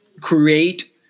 create